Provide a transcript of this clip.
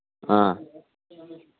ꯑꯥ